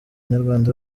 nyarwanda